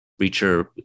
Reacher